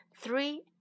three